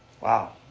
Wow